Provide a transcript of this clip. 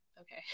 okay